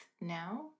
now